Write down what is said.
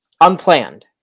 Unplanned